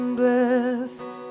blessed